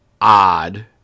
odd